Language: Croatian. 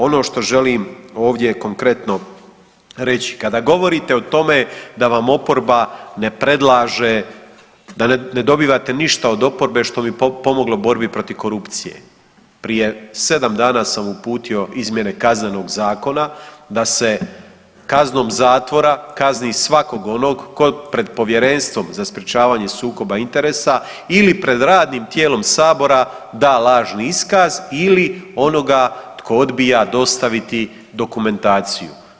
Ono što želim ovdje konkretno reći, kada govorite o tome da vam oporba ne predlaže, da ne dobivate ništa od oporbe što bi pomoglo borbi protiv korupcije, prije 7 dana sam uputio izmjene Kaznenog zakona da se kaznom zatvora kazni svakog onog tko pred Povjerenstvom za sprječavanje sukoba interesa ili pred radnim tijelom sabora da lažni iskaz ili onoga tko odbija dostaviti dokumentaciju.